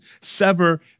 sever